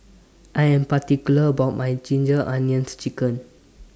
I Am particular about My Ginger Onions Chicken